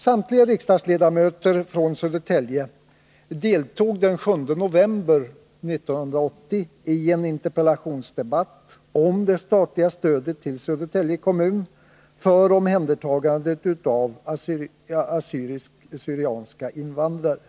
Samtliga riksdagsledamöter från Södertälje deltog den 7 november 1980 i en interpellationsdebatt om det statliga stödet till Södertälje kommun för omhändertagandet av assyriska/syrianska invandrare.